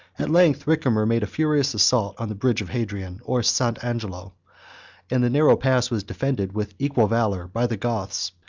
at length ricimer made a furious assault on the bridge of hadrian, or st. angelo and the narrow pass was defended with equal valor by the goths,